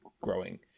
growing